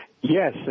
Yes